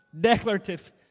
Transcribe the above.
Declarative